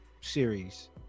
series